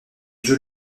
joue